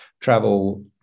travel